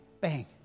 bang